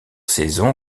saison